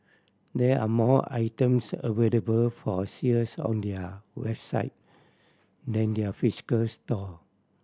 there are more items available for sales on their website than their physical store